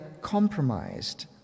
compromised